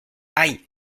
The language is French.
aïe